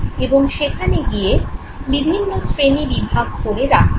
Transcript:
এবং সেখানে গিয়ে বিভিন্ন শ্রেণীবিভাগ করে রাখা হয়